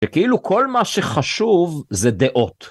שכאילו כל מה שחשוב זה דעות.